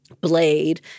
Blade